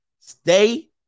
stay